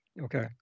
Okay